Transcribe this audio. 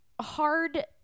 hard